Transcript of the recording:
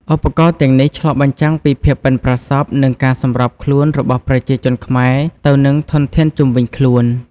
ឧបករណ៍ទាំងនេះឆ្លុះបញ្ចាំងពីភាពប៉ិនប្រសប់និងការសម្របខ្លួនរបស់ប្រជាជនខ្មែរទៅនឹងធនធានជុំវិញខ្លួន។